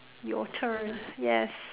your turn yes